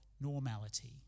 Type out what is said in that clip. normality